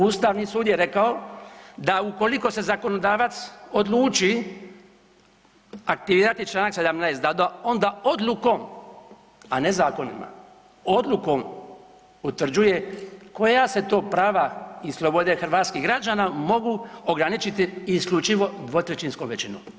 Ustavni sud je rekao da ukoliko se zakonodavac odluči aktivirati članak 17. da do onda odlukom a ne zakonima, odlukom utvrđuje koja se to prava i slobode hrvatskih građana mogu ograničiti isključivo dvotrećinskom većinom.